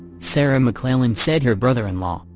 sarah mcclellan said her brother-in-law,